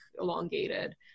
elongated